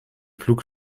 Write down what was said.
flug